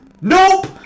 Nope